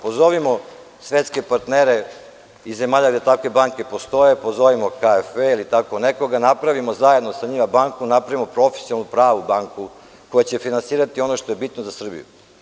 Pozovimo svetske partnere iz zemalja gde takve banke postoje, pozovimo KFV ili tako nekoga, napravimo zajedno sa njima banku, napravimo profesionalnu, pravu banku koja će finansirati ono što je bitno za Srbiju.